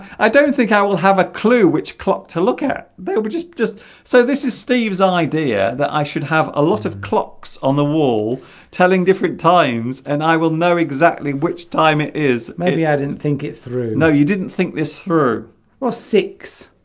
i don't think i will have a clue which clock to look at but we're just just so this is steve's idea that i should have a lot of clocks on the wall telling different times and i will know exactly which time it is maybe i didn't think it through no you didn't think this through or six